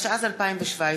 התשע"ז 2017,